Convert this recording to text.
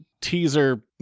teaser